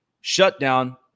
shutdown